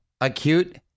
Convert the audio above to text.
acute